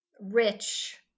rich